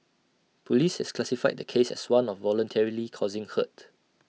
Police have classified the case as one of voluntarily causing hurt